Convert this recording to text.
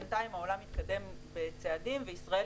בינתיים העולם התקדם בצעדים וישראל